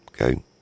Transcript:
okay